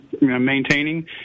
maintaining